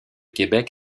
québec